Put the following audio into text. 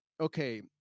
okay